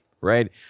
right